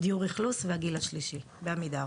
דיור אכלוס והגיל השלישי, בעמידר.